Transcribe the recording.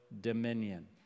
dominion